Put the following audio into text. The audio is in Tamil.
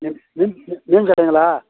மி மீன் மி மீன்காரங்களா